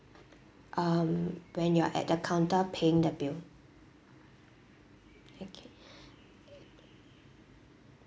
um when you're at the counter paying the bill okay